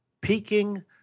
peaking